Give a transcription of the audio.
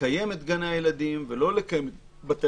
לקיים את גני הילדים ולא לקיים את בתי